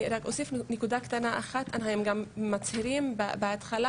אני רק אוסיף נקודה קטנה אחת: הם גם מצהירים בהתחלה